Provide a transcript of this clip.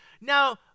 Now